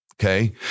Okay